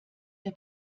der